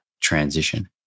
transition